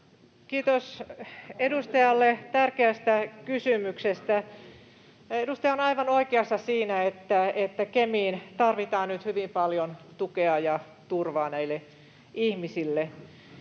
Kiitos edustajalle tärkeästä kysymyksestä. Edustaja on aivan oikeassa siinä, että Kemiin tarvitaan nyt hyvin paljon tukea ja turvaa näille ihmisille,